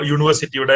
University